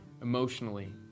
emotionally